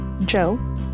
Joe